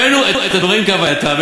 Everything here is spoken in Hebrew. הבאנו את הדברים כהווייתם,